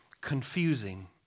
confusing